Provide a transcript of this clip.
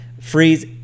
freeze